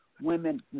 Women